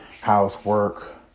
housework